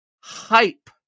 hype